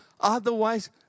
Otherwise